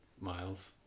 miles